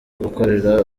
gukorera